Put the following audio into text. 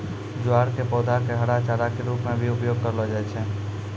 ज्वार के पौधा कॅ हरा चारा के रूप मॅ भी उपयोग करलो जाय छै